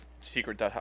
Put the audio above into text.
secret